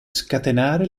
scatenare